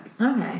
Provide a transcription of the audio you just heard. Okay